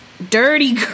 dirty